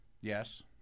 Yes